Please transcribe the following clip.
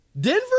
Denver